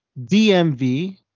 DMV